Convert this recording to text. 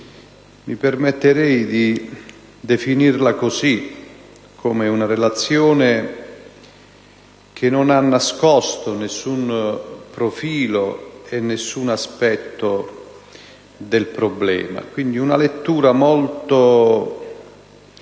Mi permetterei di definirla come una relazione che non ha nascosto nessun profilo e nessun aspetto del problema. Quindi non è una lettura clemente.